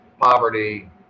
poverty